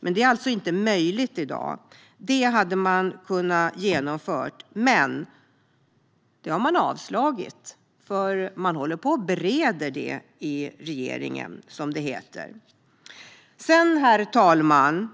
Men det är alltså inte möjligt i dag. Det hade man kunnat genomföra, men det har man avslagit. Man håller på att bereda det i regeringen, som det heter. Herr talman!